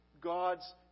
God's